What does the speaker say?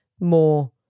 more